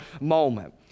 moment